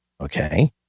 Okay